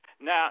Now